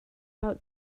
out